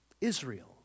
Israel